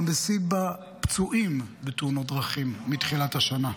בשיא בפצועים בתאונות דרכים מתחילת השנה.